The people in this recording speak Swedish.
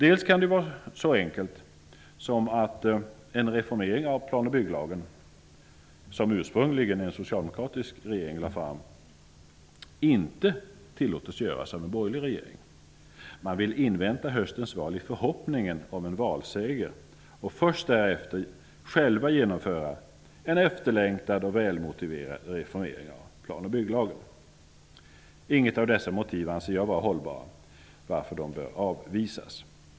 Dels kan det vara så enkelt som att en reformering av plan och bygglagen -- som ursprungligen en socialdemokratisk regering lade fram förslag om -- inte tillåts göras av en borgerlig regering. Man vill invänta höstens val i förhoppning om en valseger och först därefter själv genomföra en efterlängtad och välmotiverad reformering av plan och bygglagen. Inget av dessa motiv anser jag vara hållbart, varför de bör avvisas.